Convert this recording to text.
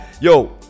Yo